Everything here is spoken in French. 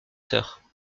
sœurs